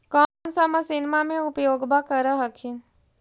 कौन सा मसिन्मा मे उपयोग्बा कर हखिन?